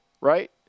Right